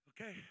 Okay